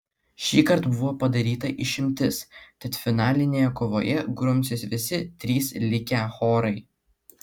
šįkart buvo padaryta išimtis tad finalinėje kovoje grumsis visi trys likę chorai